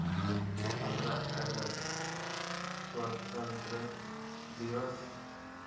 ᱯᱚᱱᱨᱚ ᱟᱜᱚᱥᱴ ᱥᱚᱛᱚᱱᱛᱨᱚ ᱫᱤᱵᱚᱥ